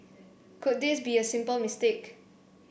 could this be a simple mistake